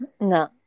No